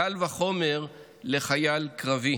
קל וחומר לחייל קרבי.